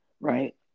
right